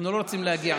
אנחנו לא רוצים להגיע,